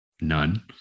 None